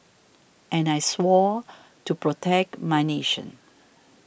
and I swore to protect my nation